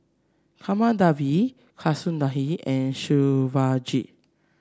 Kamaladevi Kasinadhuni and Shivaji